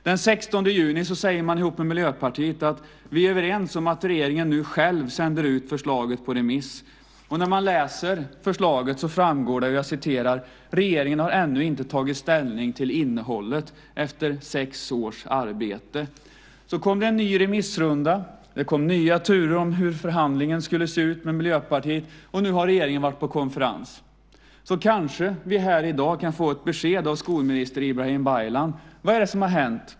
Den 16 juni säger man ihop med Miljöpartiet att man är överens om att regeringen nu själv sänder ut förslaget på remiss. Av förslaget framgår: Regeringen har ännu inte tagit ställning till innehållet. Efter sex års arbete! Så kom en ny remissrunda, nya turer om hur förhandlingen skulle se ut med Miljöpartiet, och nu har regeringen varit på konferens. Kanske vi här i dag kan få ett besked av skolminister Ibrahim Baylan. Vad är det som har hänt?